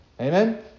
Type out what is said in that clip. Amen